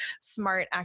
smart